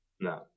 no